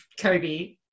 kobe